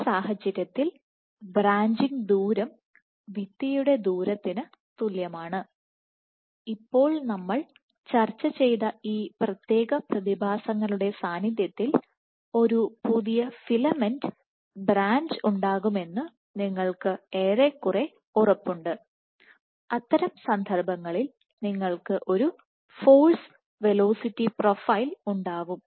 ഈ സാഹചര്യത്തിൽ ബ്രാഞ്ചിംഗ് ദൂരം ഭിത്തിയുടെ ദൂരത്തിന് തുല്യമാണ് ഇപ്പോൾ നമ്മൾ ചർച്ച ചെയ്ത ഈ പ്രത്യേക പ്രതിഭാസങ്ങളുടെ സാന്നിധ്യത്തിൽ ഒരു പുതിയ ഫിലമെന്റ് ബ്രാഞ്ച് ഉണ്ടാകുമെന്ന് നിങ്ങൾക്ക് ഏറെക്കുറെ ഉറപ്പുണ്ട് അത്തരം സന്ദർഭങ്ങളിൽ നിങ്ങൾക്ക് ഒരു ഫോഴ്സ് വെലോസിറ്റി പ്രൊഫൈൽ ഉണ്ടാവും